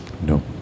No